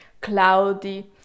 cloudy